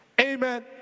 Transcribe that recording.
Amen